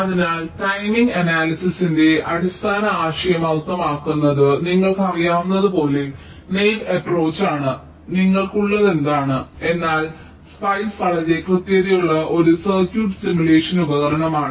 അതിനാൽ ടൈമിംഗ് അനാലിസിസിന്റെ അടിസ്ഥാന ആശയം അർത്ഥമാക്കുന്നത് നിങ്ങൾക്ക് അറിയാവുന്നതുപോലെ നെയ്വ് അപ്പ്രോച്ച്ചാണ് നിങ്ങൾക്കുള്ളതെന്നാണ് എന്നാൽ സ്പൈസ് വളരെ കൃത്യതയുള്ള ഒരു സർക്യൂട്ട് സിമുലേഷൻ ഉപകരണമാണ്